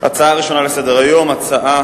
הצעה